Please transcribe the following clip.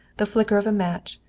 the flicker of a match,